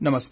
नमस्कार